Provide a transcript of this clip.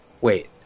wait